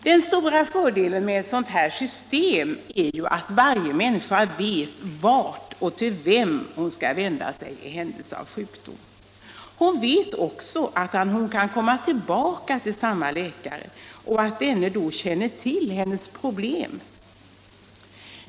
Den stora fördelen med ett sådant system är att varje människa vet vart och till vem hon skall vända sig i händelse av sjukdom. Hon vet också att hon kan komma tillbaka till samma läkare, som då känner till hennes problem.